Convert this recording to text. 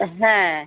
হ্যাঁ